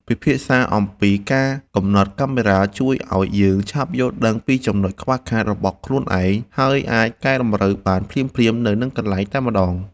ពិភាក្សាអំពីការកំណត់កាមេរ៉ាជួយឱ្យយើងឆាប់យល់ដឹងពីចំណុចខ្វះខាតរបស់ខ្លួនឯង ហើយ អាចកែតម្រូវបានភ្លាមៗនៅនឹងកន្លែងតែម្តង។